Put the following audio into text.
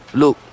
look